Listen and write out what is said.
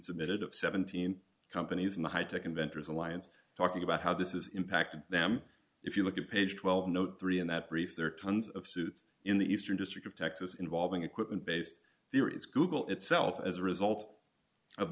submitted of seventeen companies in the high tech inventors alliance talking about how this is impacting them if you look at page twelve no three in that brief there are tons of suits in the eastern district of texas involving equipment based there is google itself as a result of